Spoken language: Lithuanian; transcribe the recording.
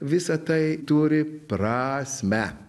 visa tai turi prasmę